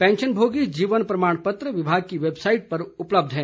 पैंशनभोगी जीवन प्रमाणपत्र विभाग की वैबसाईड पर उपलब्ध है